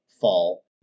Fall